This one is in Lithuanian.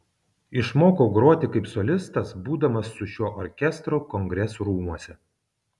išmokau groti kaip solistas būdamas su šiuo orkestru kongresų rūmuose